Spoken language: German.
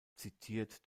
zitiert